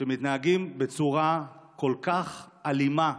שמתנהגים בצורה כל כך אלימה,